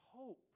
hope